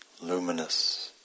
luminous